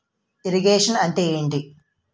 Irrigation అంటే ఏంటీ?